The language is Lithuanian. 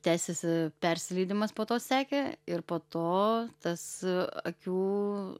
tęsėsi persileidimas po to sekė ir po to tas akių